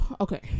okay